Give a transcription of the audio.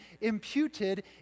imputed